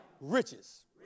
riches